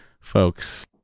folks